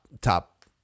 top